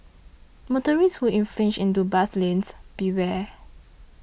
motorists who infringe into bus lanes beware